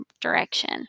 direction